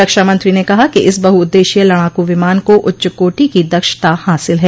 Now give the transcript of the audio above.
रक्षामंत्री ने कहा कि इस बहुउद्देशीय लड़ाकू विमान को उच्चकोटि की दक्षता हासिल है